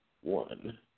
one